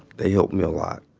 they helped me a lot